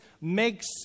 makes